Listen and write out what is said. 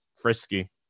frisky